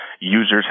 users